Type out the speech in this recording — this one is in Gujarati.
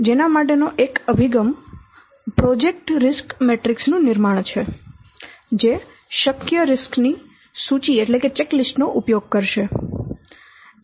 જેના માટેનો એક અભિગમ પ્રોજેક્ટ જોખમ મેટ્રિક્સ નું નિર્માણ છે જે શક્ય જોખમો ની સૂચિ નો ઉપયોગ કરશે